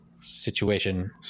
situation